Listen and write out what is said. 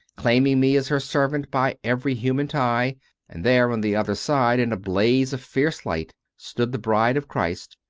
claiming me as her servant by every human tie and there, on the other side, in a blaze of fierce light, stood the bride of christ,